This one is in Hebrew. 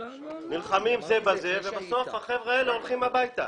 נלחמים זה בזה ובסוף החבר'ה האלה הולכים הביתה